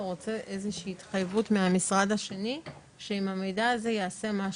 הוא רוצה איזושהי התחייבות מהמשרד השני שעם המידע הזה ייעשה משהו.